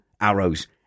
Arrows